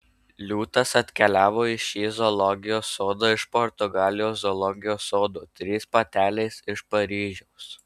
liūtas atkeliavo į šį zoologijos sodą iš portugalijos zoologijos sodo trys patelės iš paryžiaus